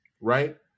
right